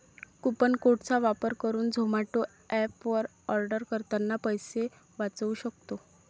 coupon code चा वापर करुन झोमाटो एप वर आर्डर करतांना पैसे वाचउ सक्तो